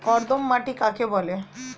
কর্দম মাটি কাকে বলে?